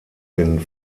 den